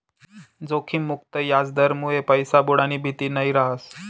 जोखिम मुक्त याजदरमुये पैसा बुडानी भीती नयी रहास